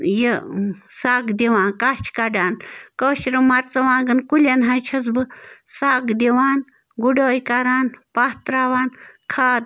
یہِ سَگ دِوان کَچھ کَڑان کٲشرٮ۪ن مَرژٕوانٛگَن کُلٮ۪ن حظ چھَس بہٕ سَگ دِوان گُڈٲے کَران پاہ ترٛاوان کھاد